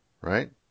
right